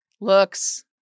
looks